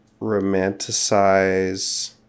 romanticize